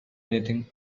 anything